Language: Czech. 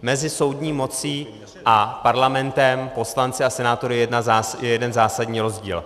Mezi soudní mocí a Parlamentem, poslanci a senátory, je jeden zásadní rozdíl.